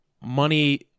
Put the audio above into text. money